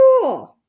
cool